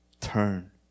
turn